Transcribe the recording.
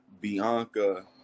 Bianca